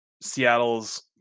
Seattle's